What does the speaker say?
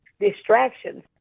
distractions